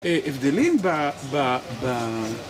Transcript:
הבדלים ב...